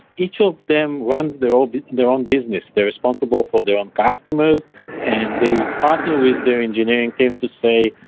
each of them runs their own their own business. they're responsible for their own customers and the partner who is their engineering team to say,